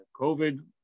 COVID